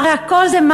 הרי הכול זה מס